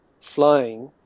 flying